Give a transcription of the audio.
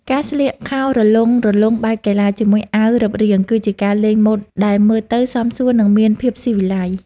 ការស្លៀកខោរលុងៗបែបកីឡាជាមួយអាវរឹបរាង គឺជាការលេងម៉ូដដែលមើលទៅសមសួន និងមានភាពស៊ីវិល័យ។